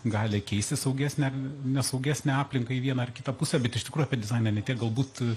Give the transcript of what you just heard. gali keisti saugesnę ar nesaugesnę aplinką į vieną ar kitą pusę bet iš tikrųjų apie dizainą ne tiek galbūt